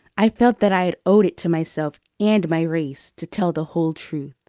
i felt that i owed it to myself and my race to tell the whole truth.